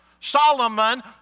Solomon